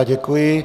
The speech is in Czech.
Děkuji.